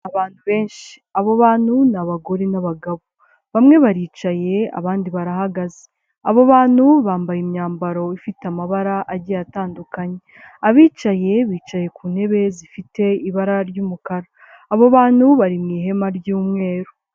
Abantu benshi, abo bantu ni abagore n'abagabo, bamwe baricaye, abandi barahagaze, abo bantu bambaye imyambaro ifite amabara agiye atandukanye, abicaye bicaye ku ntebe zifite ibara ry'umukara, abo bantu bari mu ihema ry'umweru.